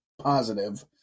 positive